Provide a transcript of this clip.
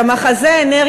במשך שלוש